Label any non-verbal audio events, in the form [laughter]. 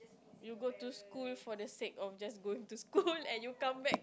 you go to school for the sake of just going to school [laughs] and you come back